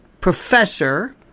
professor